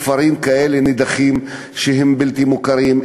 בכפרים נידחים כאלה שהם בלתי מוכרים,